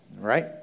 Right